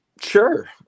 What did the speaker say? Sure